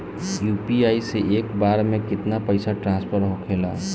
UPI से एक बार मे केतना पैसा ट्रस्फर होखे ला?